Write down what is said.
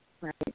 Right